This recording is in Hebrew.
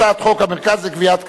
הצעת חוק המרכז לגביית קנסות,